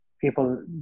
People